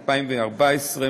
2014,